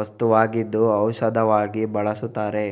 ವಸ್ತುವಾಗಿದ್ದು ಔಷಧವಾಗಿ ಬಳಸುತ್ತಾರೆ